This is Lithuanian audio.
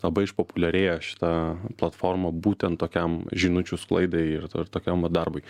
labai išpopuliarėjo šita platforma būtent tokiam žinučių sklaidai ir ir tokiam va darbui